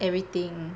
everything